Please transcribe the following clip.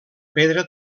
pedra